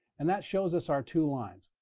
and that shows us our two lines.